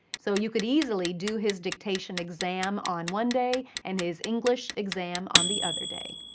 so you could easily do his dictation exam on one day and his english exam on the other day.